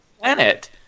planet